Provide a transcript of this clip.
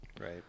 Right